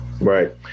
right